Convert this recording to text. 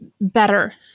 better